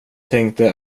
tänkte